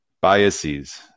biases